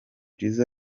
jizzo